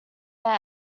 their